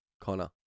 Connor